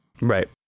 Right